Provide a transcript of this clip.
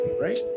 right